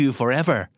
forever